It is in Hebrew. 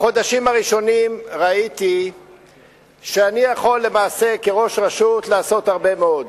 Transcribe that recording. בחודשים הראשונים ראיתי שאני יכול למעשה כראש רשות לעשות הרבה מאוד: